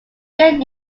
get